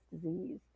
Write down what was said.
disease